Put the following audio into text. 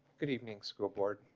good evening school board